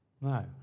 No